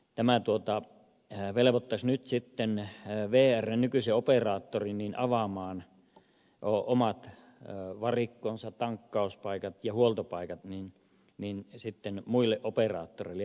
tämän tuota hänelle mutta nyt velvoittaisi sitten vrn nykyisen operaattorin avaamaan omat varikkonsa tankkauspaikat ja huoltopaikat muille operaattoreille